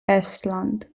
estland